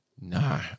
No